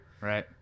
Right